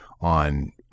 on